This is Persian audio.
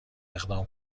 اقدام